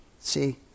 See